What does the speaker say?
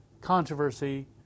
controversy